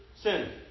Sin